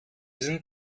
sind